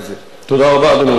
תודה רבה, אדוני היושב-ראש.